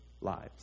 lives